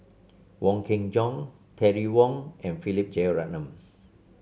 Wong Kin Jong Terry Wong and Philip Jeyaretnam